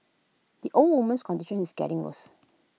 the old woman's condition is getting worse